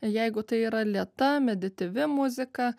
jeigu tai yra lėta medityvi muzika